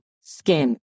skin